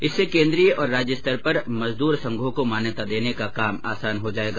इससे कोन्द्रीय और राज्य स्तर पर मजदूर संघों को मान्यता देने का काम आसान हो जाएगा